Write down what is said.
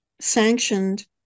sanctioned